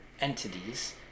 entities